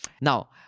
Now